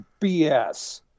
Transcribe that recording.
BS